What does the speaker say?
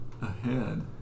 ahead